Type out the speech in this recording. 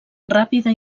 ràpida